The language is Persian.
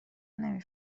نمی